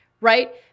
right